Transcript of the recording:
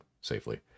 safely